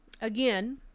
Again